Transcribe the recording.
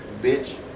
bitch